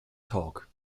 talk